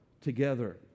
together